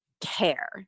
care